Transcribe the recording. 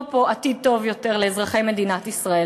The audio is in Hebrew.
פה עתיד טוב יותר לאזרחי מדינת ישראל.